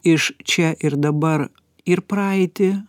iš čia ir dabar ir praeitį